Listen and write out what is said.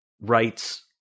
Rights